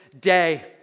day